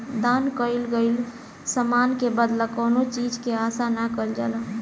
दान कईल गईल समान के बदला कौनो चीज के आसा ना कईल जाला